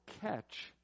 catch